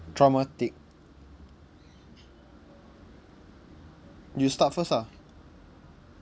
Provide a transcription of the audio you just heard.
traumatic you start first ah